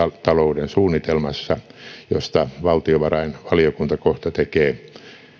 talouden suunnitelmassa josta valtiovarainvaliokunta kohta tekee